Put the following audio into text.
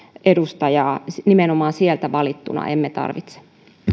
edustajaa nimenomaan sieltä valittuna emme tarvitse